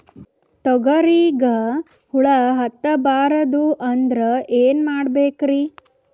ತೊಗರಿಗ ಹುಳ ಹತ್ತಬಾರದು ಅಂದ್ರ ಏನ್ ಮಾಡಬೇಕ್ರಿ?